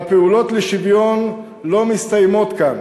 והפעולות לשוויון לא מסתיימות כאן.